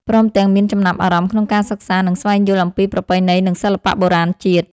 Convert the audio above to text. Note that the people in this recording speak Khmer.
ព្រមទាំងមានចំណាប់អារម្មណ៍ក្នុងការសិក្សា និងស្វែងយល់អំពីប្រពៃណីនិងសិល្បៈបុរាណជាតិ។